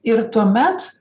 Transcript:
ir tuomet